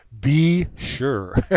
BE-SURE